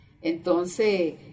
Entonces